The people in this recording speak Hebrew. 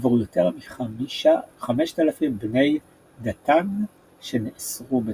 עבור יותר מ-5,000 בני דתן שנאסרו בתוכו.